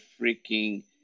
freaking